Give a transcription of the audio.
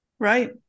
Right